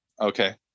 Okay